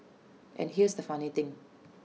and here's the funny thing